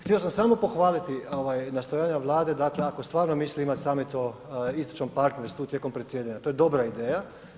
Htio sam samo pohvaliti ovaj nastojanja Vlade, dakle ako stvarno misli imat samit o istočnom partnerstvu tijekom predsjedanja, to je dobra ideja.